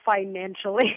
financially